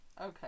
Okay